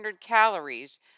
calories